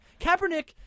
Kaepernick